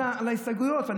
על ההסתייגויות.